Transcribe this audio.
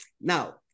Now